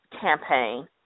campaign